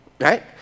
right